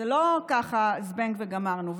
זה לא ככה זבנג וגמרנו.